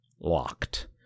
Locked